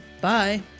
Bye